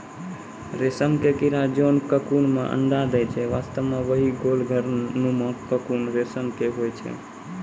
रेशम के कीड़ा जोन ककून मॅ अंडा दै छै वास्तव म वही गोल घर नुमा ककून रेशम के होय छै